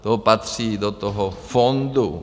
To patří do toho fondu.